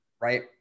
right